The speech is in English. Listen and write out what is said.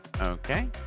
Okay